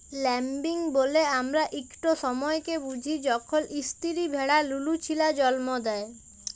lambing ব্যলে আমরা ইকট সময়কে বুঝি যখল ইস্তিরি ভেড়া লুলু ছিলা জল্ম দেয়